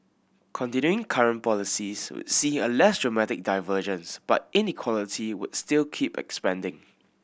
continuing current policies would see a less dramatic divergence but inequality would still keep expanding